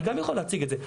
אני גם יכול להציג את זה.